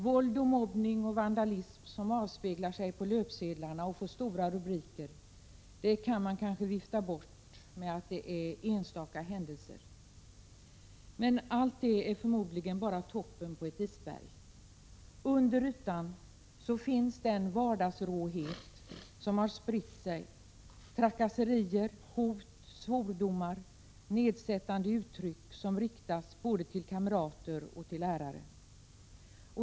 Våld, mobbning och vandalism som avspeglar sig på löpsedlar och får stora rubriker kan man kanske vifta bort med att säga att det är enstaka händelser. Men allt är förmodligen bara toppen på ett isberg. Under ytan finns den vardagsråhet som spritt sig: trakasserier, hot, svordomar och nedsättande uttryck som riktas till både kamrater och lärare.